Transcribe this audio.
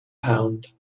pound